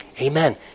Amen